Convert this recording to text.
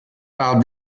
par